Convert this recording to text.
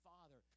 Father